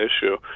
issue